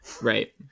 right